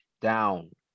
down